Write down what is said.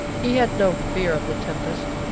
he had no fear of the tempest.